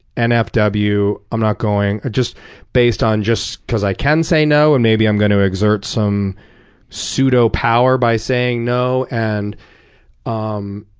nfw, i'm not going. based on just because i can say no, and maybe i'm going to exert some pseudo-power by saying no. and um